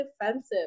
defensive